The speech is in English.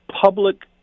public